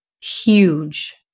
huge